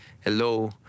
hello